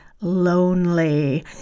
lonely